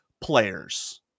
players